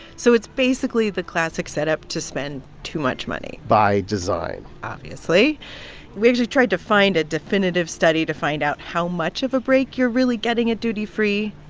so it's basically the classic setup to spend too much money by design obviously. and we actually tried to find a definitive study to find out how much of a break you're really getting at duty free.